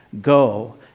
Go